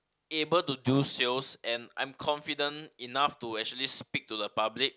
able to do sales and I'm confident enough to actually speak to the public